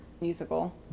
musical